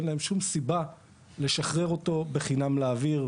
אין להן שום סיבה לשחרר אותו בחינם לאוויר,